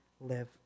live